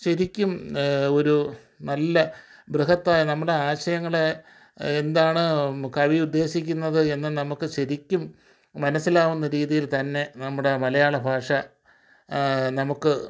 ശരിക്കും ഒരു നല്ല ബൃഹത്തായ നമ്മുടെ ആശയങ്ങളെ എന്താണ് കവി ഉദേശിക്കുന്നത് എന്ന് നമുക്ക് ശരിക്കും മനസിലാവുന്ന രീതിയിൽ തന്നെ നമ്മുടെ മലയാള ഭാഷ നമുക്ക്